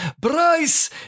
Bryce